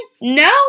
no